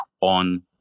on